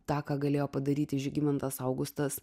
taką galėjo padaryti žygimantas augustas